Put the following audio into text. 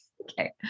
Okay